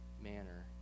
manner